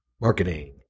marketing